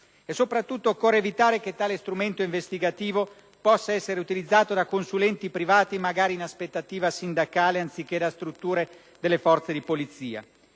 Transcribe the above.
E soprattutto occorre evitare che tale strumento investigativo possa essere utilizzato da consulenti privati, magari in aspettativa sindacale, anziché da strutture delle forze di polizia.